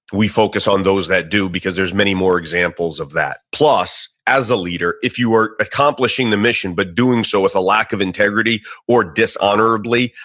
we focus on those that do because there's many more examples of that. plus, as a leader, if you are accomplishing the mission, but doing so with a lack of integrity or dishonorably,